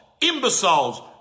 imbeciles